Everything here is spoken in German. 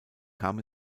kam